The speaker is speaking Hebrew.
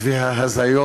וההזיות